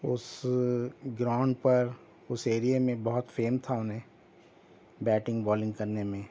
اس ground پر اس ایریے میں بہت فیم تھا انہیں بیٹنگ بالنگ کرنے میں